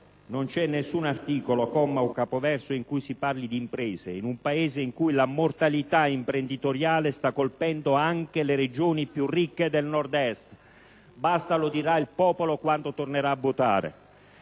Non c'è nessun articolo, comma o capoverso in cui si parli di imprese, in un Paese in cui la mortalità imprenditoriale sta colpendo anche le Regioni più ricche del Nord-Est, tranne all'articolo 42 sulle reti